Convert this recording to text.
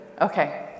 Okay